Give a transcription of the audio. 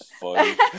funny